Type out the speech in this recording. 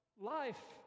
life